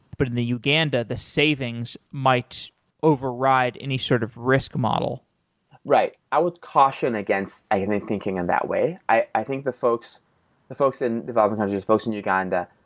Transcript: but in the uganda, the savings might override any sort of risk model right. i would caution against thinking in that way. i i think the folks the folks in developing countries, folks in uganda,